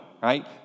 right